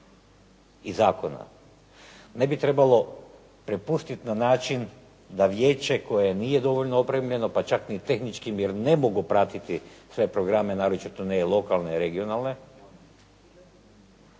i zakona ne bi trebalo prepustiti na način da vijeće koje nije dovoljno opremljeno pa čak ni tehnički jer ne mogu pratiti sve programe naročito ne lokalne, regionalne.